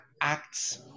acts